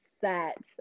set